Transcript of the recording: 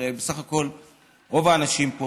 הרי בסך הכול רוב האנשים פה